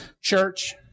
church